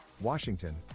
Washington